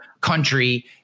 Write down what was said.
country